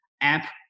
app